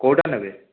କେଉଁଟା ନେବେ